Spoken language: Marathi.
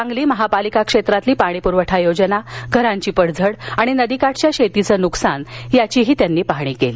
सांगली महापालिका क्षेत्रातील पाणी पुरवठा योजना घरांची पडम्मड आणि नदीकाठच्या शेतीचं नुकसान याचीही त्यांनी पाहणी केली